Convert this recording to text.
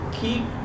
keep